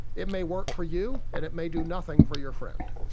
it may work for you and it may do nothing for your friend.